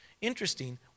Interesting